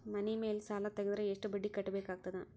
ಮನಿ ಮೇಲ್ ಸಾಲ ತೆಗೆದರ ಎಷ್ಟ ಬಡ್ಡಿ ಕಟ್ಟಬೇಕಾಗತದ?